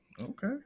Okay